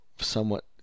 somewhat